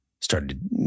started